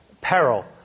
peril